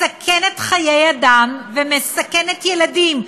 מסכנת חיי אדם ומסכנת ילדים,